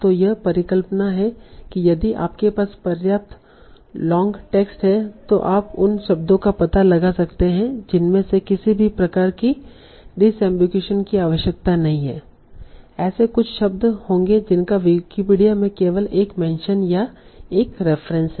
तो यह परिकल्पना है कि यदि आपके पास पर्याप्त लोंग टेक्स्ट है तो आप उन शब्दों का पता लगा सकते हैं जिनमें से किसी भी प्रकार की डिसअम्बिगुईशन की आवश्यकता नहीं है ऐसे कुछ शब्द होंगे जिनका विकिपीडिया में केवल एक मेंशन या एक रेफ़रेंस है